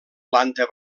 planta